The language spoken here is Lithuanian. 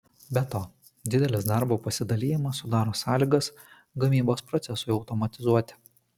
be to didelis darbo pasidalijimas sudaro sąlygas gamybos procesui automatizuoti